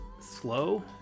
slow